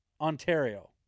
Ontario